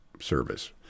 service